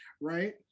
right